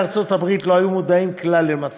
ארצות-הברית לא היו מודעים כלל למצבו.